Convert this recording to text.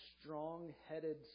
strong-headed